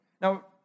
Now